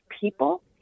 people